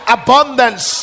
abundance